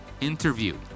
interview